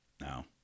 No